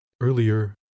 Earlier